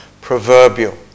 proverbial